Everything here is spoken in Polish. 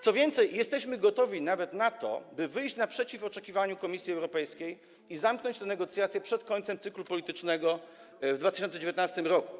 Co więcej, jesteśmy gotowi nawet na to, by wyjść naprzeciw oczekiwaniom Komisji Europejskiej i zamknąć te negocjacje przed końcem cyklu politycznego w 2019 r.